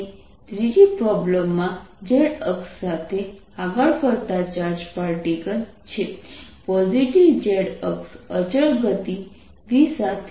તેથી ત્રીજી પ્રોબ્લેમમાં z અક્ષ સાથે આગળ ફરતા ચાર્જ પાર્ટિકલ છે પોઝિટિવ z અક્ષ અચળ ગતિ v સાથે